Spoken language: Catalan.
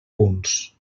punts